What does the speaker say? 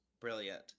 brilliant